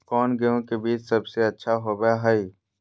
कौन गेंहू के बीज सबेसे अच्छा होबो हाय?